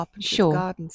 Sure